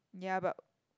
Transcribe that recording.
ya but